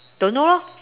don't know